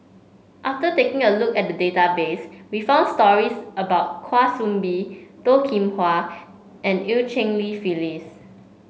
after taking a look at database we found stories about Kwa Soon Bee Toh Kim Hwa and Eu Cheng Li Phyllis